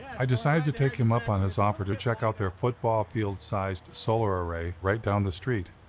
i decided to take him up on his offer to check out their football field sized solar array right down the street.